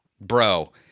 Bro